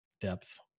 depth